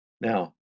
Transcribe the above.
Now